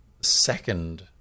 second